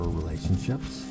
relationships